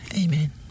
Amen